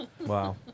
Wow